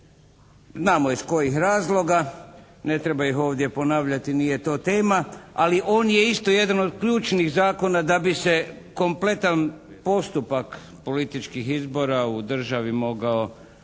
Znamo iz kojih razloga. Ne treba ih ovdje ponavljati. Nije to tema. Ali on je isto jedan od ključnih zakona da bi se kompletan postupak političkih izbora u državi mogao